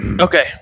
okay